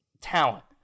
talent